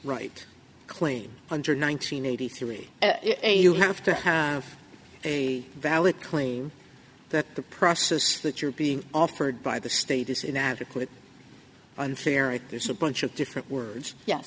right claim under nine hundred eighty three a you have to have a valid claim that the process that you're being offered by the state is inadequate unfair if there's a bunch of different words ye